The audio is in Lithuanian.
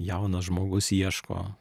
jaunas žmogus ieško